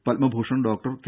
Padma Bhushan doctor K